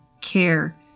care